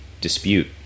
dispute